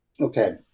Okay